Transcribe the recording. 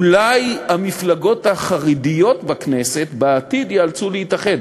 אולי המפלגות החרדיות בכנסת בעתיד ייאלצו להתאחד.